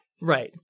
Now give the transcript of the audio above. Right